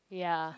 ya